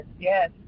yes